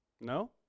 No